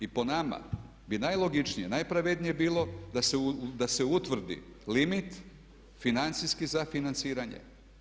I po nama bi najlogičnije, najpravednije bilo da se utvrdi limit financijskih za financiranje.